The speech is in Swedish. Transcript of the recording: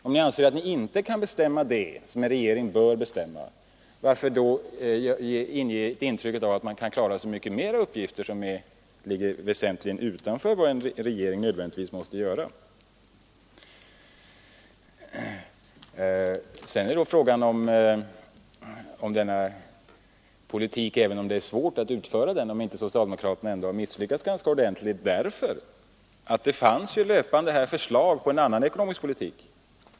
Om ni anser att ni inte kan bestämma det som en regering bör bestämma, varför då ge ett intryck av att ni kan klara flera uppgifter som ligger väsentligt utanför vad en regering nödvändigtvis måste ta på sig? Även om det är svårt att bedriva denna politik är frågan om inte socialdemokraterna ändå har misslyckats ganska ordentligt, eftersom det fanns förslag till en annan ekonomisk politik.